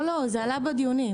לא, זה עלה בדיונים,